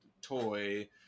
toy